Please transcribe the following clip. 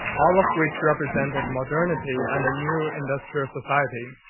all of which represented modernity and a new industrial society.